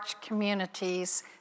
communities